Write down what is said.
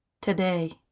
today